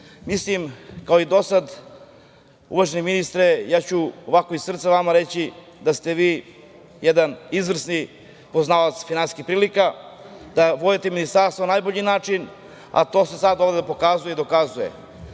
Mislim, kao i do sada, uvaženi ministre, ja ću iz srca vama reći, da ste vi jedan izvrsni poznavalac finansijskih prilika, da vodite ministarstvo na najbolji način, a to se sada pokazuje i dokazuje. Vi,